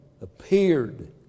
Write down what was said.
appeared